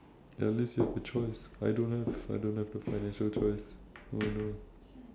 at least you have a choice I don't have I don't have the financial choice oh no